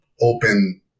open